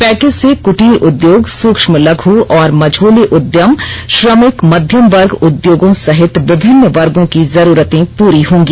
package से कुटीर उद्योग सूक्ष्मं लघु और मझोले उद्यम श्रमिक मध्यम वर्ग उद्योगों सहित विभिनन वर्गों की जरूरतें पूरी होंगी